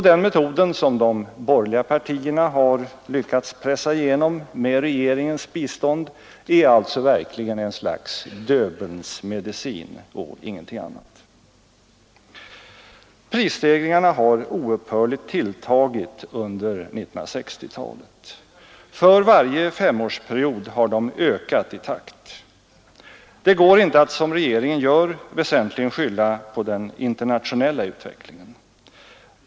Den metoden, som de borgerliga partierna lyckats pressa igenom med regeringens bistånd, är alltså i själva verket en Döbelnsmedicin och ingenting annat. Prisstegringarna har oupphörligt tilltagit under 1960-talet. För varje femårsperiod har de ökat i takt. Det går inte att som regeringen gör väsentligen skylla på den internationella utvecklingen.